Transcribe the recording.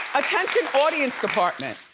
attention audience department,